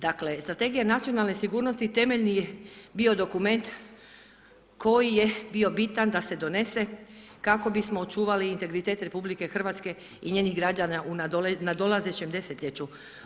Dakle, Strategija nacionalne sigurnosti temeljni je bio dokument koji je bio bitan da se donese kako bismo očuvali integritet RH i njenih građana u nadolazećem desetljeću.